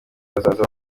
bazaza